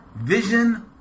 Vision